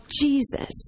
Jesus